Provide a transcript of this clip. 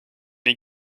mes